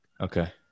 Okay